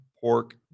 pork